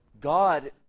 God